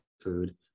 food